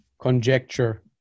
conjecture